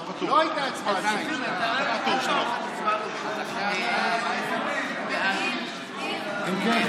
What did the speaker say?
לא הייתה הצבעה על סעיף 2. אם כן,